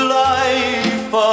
life